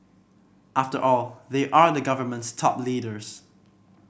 after all they are the government's top leaders